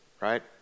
Right